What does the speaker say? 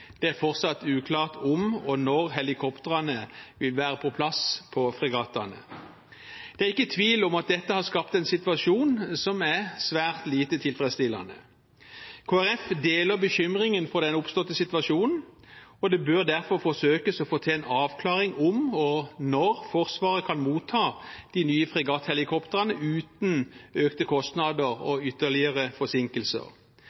det mest alvorlige er at det fortsatt er uklart om og når helikoptrene vil være på plass på fregattene. Det er ikke tvil om at dette har skapt en situasjon som er svært lite tilfredsstillende. Kristelig Folkeparti deler bekymringen for den oppståtte situasjonen, og det bør derfor forsøkes å få til en avklaring av om og når Forsvaret kan motta de nye fregatthelikoptrene uten økte kostnader